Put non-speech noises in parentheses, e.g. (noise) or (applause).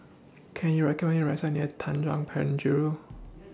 Can YOU recommend Me A Restaurant near Tanjong Penjuru (noise)